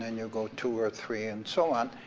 and you'll go two or three, and so on.